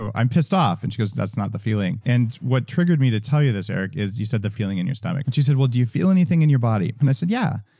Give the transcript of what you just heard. i'm pissed off. and she goes, that's not the feeling. and what triggered me to tell you this, eric, is you said the feeling in your stomach. but she said, well, do you feel anything in your body? i said, yeah.